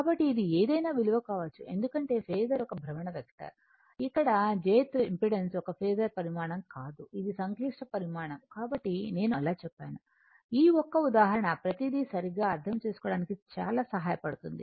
కాబట్టి ఇది ఏదైనా విలువ కావచ్చు ఎందుకంటే ఫేసర్ ఒక భ్రమణ వెక్టర్ ఇక్కడ jth ఇంపెడెన్స్ ఒక ఫేసర్ పరిమాణం కాదు ఇది సంక్లిష్ట పరిమాణం కాబట్టి నేను అలా చెప్పాను ఈ ఒక్క ఉదాహరణ ప్రతిదీ సరిగ్గా అర్థం చేసుకోవడానికి చాలా సహాయపడుతుంది